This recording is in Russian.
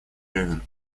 левин